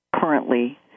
currently